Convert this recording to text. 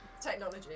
Technology